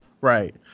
Right